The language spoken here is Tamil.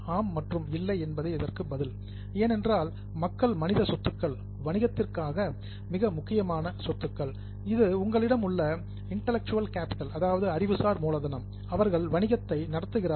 ஆம் மற்றும் இல்லை என்பதே இதற்கு பதில் ஏனென்றால் மக்கள் மனித சொத்துக்கள் வணிகத்திற்கான மிக முக்கியமான சொத்துக்கள் இது உங்களிடம் உள்ள இன்டலக்சுவல் கேபிடல் அறிவுசார் மூலதனம் அவர்கள் வணிகத்தை நடத்துகிறார்கள்